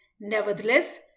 Nevertheless